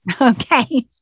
Okay